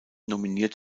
nominiert